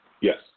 Yes